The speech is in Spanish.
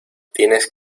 tienes